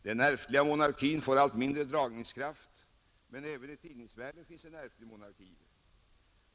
Den ärftliga monarkin får allt mindre dragningskraft, men även i tidningsvärlden finns en ärftlig monarki.